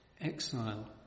exile